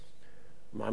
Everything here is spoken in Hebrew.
מעמיד שאלות